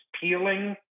peeling